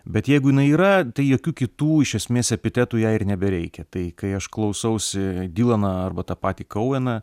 bet jeigu jinai yra tai jokių kitų iš esmės epitetų jai ir nebereikia tai kai aš klausausi dylaną arba tą patį kouveną